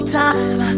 time